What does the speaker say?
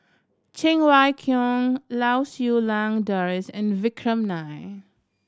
Cheng Wai Keung Lau Siew Lang Doris and Vikram Nair